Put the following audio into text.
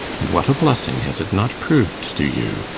and what a blessing has it not proved to you,